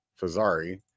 Fazari